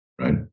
right